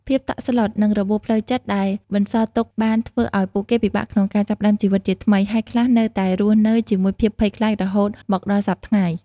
ភាពតក់ស្លុត និងរបួសផ្លូវចិត្តដែលបន្សល់ទុកបានធ្វើឲ្យពួកគេពិបាកក្នុងការចាប់ផ្តើមជីវិតជាថ្មី ហើយខ្លះនៅតែរស់នៅជាមួយភាពភ័យខ្លាចរហូតមកដល់សព្វថ្ងៃ។